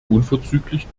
unverzüglich